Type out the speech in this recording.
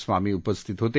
स्वामी उपस्थित होते